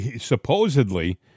supposedly